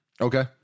Okay